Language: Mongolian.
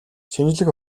шинжлэх